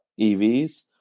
EVs